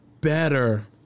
better